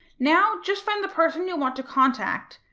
now just find the person you want to contact,